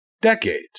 decades